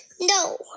No